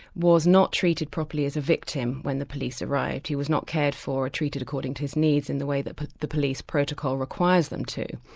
was not treated properly as a victim when the police arrived. he was not cared for or treated according to his needs in the way that but the police protocol requires them to,